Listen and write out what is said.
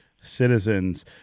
citizens